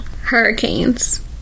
hurricanes